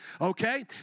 Okay